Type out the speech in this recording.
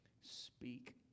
Speak